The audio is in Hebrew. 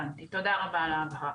הבנתי, תודה רבה על ההבהרה.